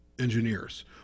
engineers